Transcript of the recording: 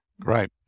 Great